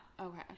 Okay